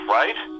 right